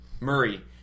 Murray